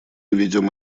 ведем